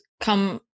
come